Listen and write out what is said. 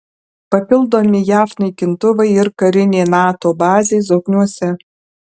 papildomi jav naikintuvai ir karinė nato bazė zokniuose